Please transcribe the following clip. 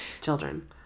children